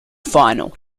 final